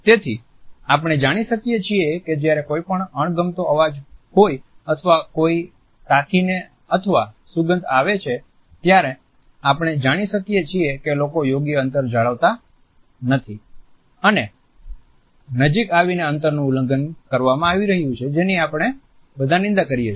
તેથી આપણે જાણી શકીએ છીએ કે જ્યારે કોઈપણ અણગમતો અવાજ હોય અથવા કોઈ તાકીને જોવે અથવા સુગંધ આવે છે ત્યારે આપણે જાણી શકીએ છીએ કે લોકો યોગ્ય અંતર જળવાતા નથી અને નજીક આવીને અંતર નું ઉલ્લંઘન કરવામાં આવી રહ્યું છે જેની આપણે બધા નિંદા કરીએ છીએ